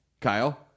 Kyle